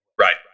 Right